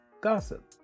gossip